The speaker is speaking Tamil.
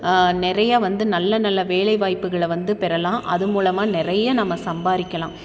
நிறையா வந்து நல்ல நல்ல வேலை வாய்ப்புகளை வந்து பெறலாம் அது மூலமாக நிறைய நம்ம சம்பாதிக்கலாம்